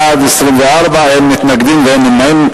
בעד, 24, אין מתנגדים, אין נמנעים.